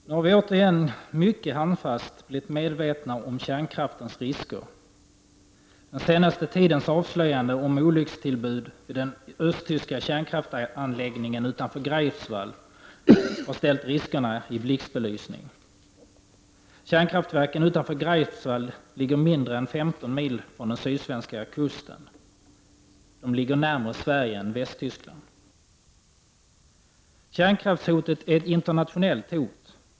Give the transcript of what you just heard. Nu har vi återigen handfast blivit medvetna om kärnkraftens risker. Den senaste tidens avslöjanden om olyckstillbud vid den östtyska kärnkraftsanläggningen utanför Greifswald har ställt riskerna i blixtbelysning. Kärnkraftverken utanför Greifswald ligger mindre än 15 mil från den sydsvenska kusten. Det är närmare till Sverige än till Västtyskland. Kärnkraftshotet är ett internationellt hot.